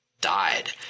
died